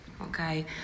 Okay